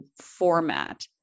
format